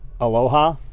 Aloha